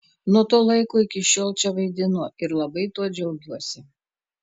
nuo to laiko iki šiol čia vaidinu ir labai tuo džiaugiuosi